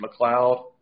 McLeod